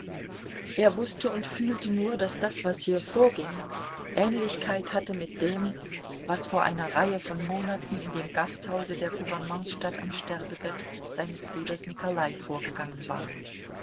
er wußte und fühlte nur daß das was hier vorging ähnlichkeit hatte mit dem was vor einer reihe von monaten in dem gasthause der gouvernementsstadt am sterbebett seines bruders nikolai vorgegangen war